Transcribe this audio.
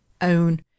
own